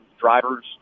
drivers